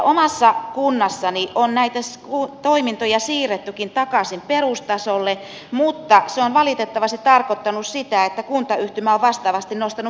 omassa kunnassani onkin näitä toimintoja siirretty takaisin perustasolle mutta se on valitettavasti tarkoittanut sitä että kuntayhtymä on vastaavasti nostanut muita hintoja